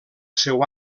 seu